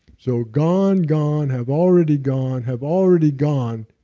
so gone, gone, have already gone, have already gone.